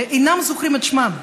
אין זוכרים את שמם,